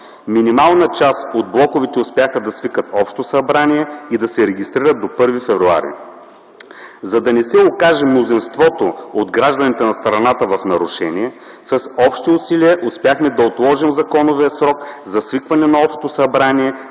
Минимална част от блоковете успяха да свикат общо събрание и да се регистрират до 1 февруари. За да не се окаже мнозинството от гражданите на страната в нарушение, с общи усилия успяхме да отложим законовия срок за свикване на общо събрание